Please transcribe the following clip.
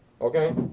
Okay